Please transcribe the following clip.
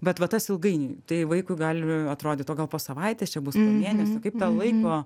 bet va tas ilgainiui tai vaikui gali atrodyt o gal po savaitės čia bus po mėnesio kaip tą laiko